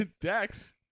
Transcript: Dex